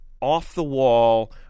off-the-wall